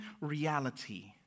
reality